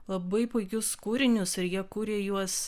labai puikius kūrinius ir jie kūrė juos